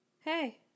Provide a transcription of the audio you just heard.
Hey